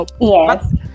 Yes